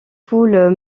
poules